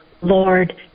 Lord